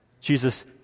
Jesus